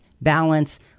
balance